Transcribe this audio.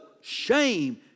shame